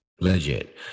legit